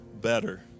better